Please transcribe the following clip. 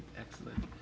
excellent